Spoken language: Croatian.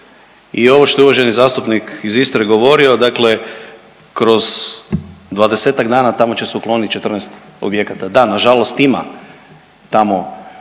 I ovo što je uvaženi zastupnik iz Istre govorio, dakle kroz 20-ak dana tamo će se ukloniti 14 objekata. Da, nažalost ima tamo